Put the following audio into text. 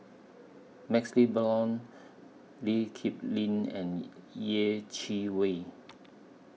MaxLe Blond Lee Kip Lin and Yeh Chi Wei